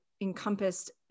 encompassed